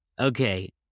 Okay